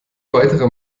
weitere